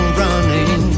running